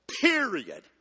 period